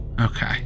Okay